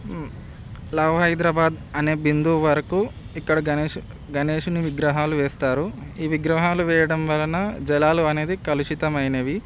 lava Hyderabad అనే బిందువు వరకు ఇక్కడ గణేషుని గణేషుని విగ్రహాలు వేస్తారు ఈ విగ్రహాలు వేయడం వలన జలాలు అనేది కలుషితమైనవి